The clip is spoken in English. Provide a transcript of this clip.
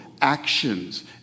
actions